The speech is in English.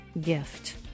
gift